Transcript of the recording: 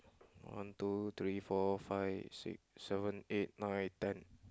one two three four five six seven eight nine ten